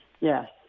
yes